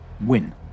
win